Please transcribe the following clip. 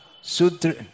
Sutra